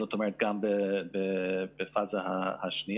זאת אומרת, גם בפאזה השנייה.